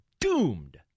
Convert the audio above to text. doomed